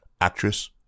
actress